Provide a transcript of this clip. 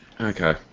Okay